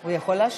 הוא יכול להשיב?